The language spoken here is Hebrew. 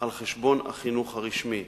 על חשבון החינוך הרשמי.